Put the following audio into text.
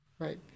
Right